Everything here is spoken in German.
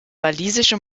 walisische